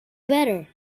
better